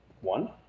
one